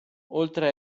oltre